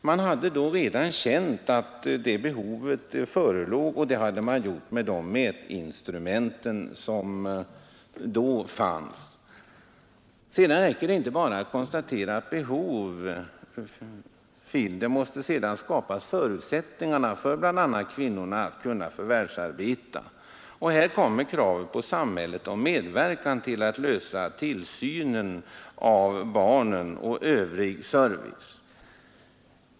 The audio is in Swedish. Man hade då redan konstaterat att det behovet förelåg, och det hade man gjort med de mätinstrument som då fanns. Men det räcker inte bara att konstatera att det föreligger ett behov, utan förutsättningar måste skapas för kvinnorna att kunna förvärvsarbeta. Det ställs då krav på samhället om medverkan till att ordna bl.a. tillsyn av barnen och övrig service.